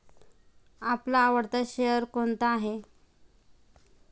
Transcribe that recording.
आपला आवडता शेअर कोणता आहे?